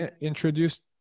introduced